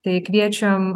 tai kviečiam